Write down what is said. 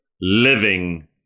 living